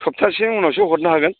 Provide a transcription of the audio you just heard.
सब्ताहसेनि उनावसो हरनो हागोन